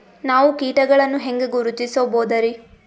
ನಾವು ಕೀಟಗಳನ್ನು ಹೆಂಗ ಗುರುತಿಸಬೋದರಿ?